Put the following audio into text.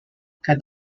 can